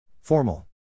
Formal